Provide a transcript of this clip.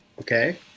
Okay